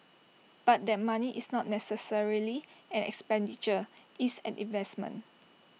but that money is not necessarily an expenditure it's an investment